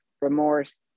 remorse